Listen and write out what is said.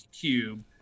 cube